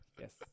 Yes